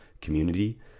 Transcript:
community